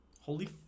Holy